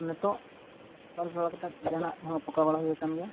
ᱱᱤᱛᱳᱜ ᱚᱞ ᱥᱟᱹᱛ ᱵᱟᱲᱟ ᱠᱟᱛᱮᱫ ᱡᱟᱦᱟᱱᱟᱜ ᱦᱚᱸ ᱯᱚᱠᱟᱣ ᱵᱟᱲᱟ ᱦᱩᱭ ᱟᱠᱟᱱ ᱜᱮᱭᱟ